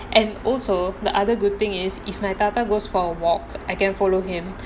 and also the other good thing is if my தாத்தா:thatha goes for a walk I can follow him